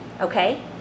okay